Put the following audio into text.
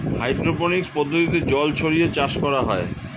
hydroponics পদ্ধতিতে জল ছড়িয়ে চাষ করা হয়